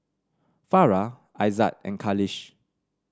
Farah Aizat and Khalish